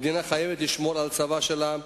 המדינה חייבת לשמור על הצבא שלה,